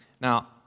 Now